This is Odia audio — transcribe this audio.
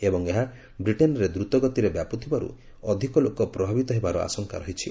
ଏବଂ ଏହା ବ୍ରିଟେନ୍ରେ ଦ୍ରତଗତିରେ ବ୍ୟାପୁଥିବାରୁ ଅଧିକ ଲୋକ ପ୍ରଭାବିତ ହେବା ଆଶଙ୍କା ରହିଛି